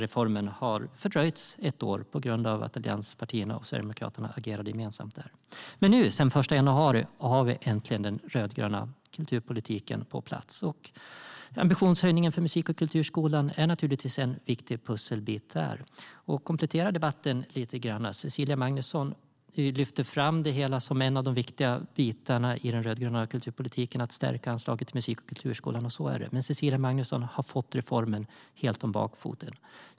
Reformen har fördröjts ett år på grund av att allianspartierna och Sverigedemokraterna agerade gemensamt. Sedan den 1 januari finns äntligen den rödgröna kulturpolitiken på plats. Ambitionshöjningen för musik och kulturskolan är naturligtvis en viktig pusselbit. Komplettera debatten lite grann! Cecilia Magnusson lyfte fram som en av de viktiga bitarna i den rödgröna kulturpolitiken att stärka anslaget till musik och kulturskolan. Så är det. Men Cecilia Magnusson har fått reformen helt om bakfoten.